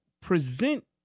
present